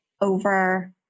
over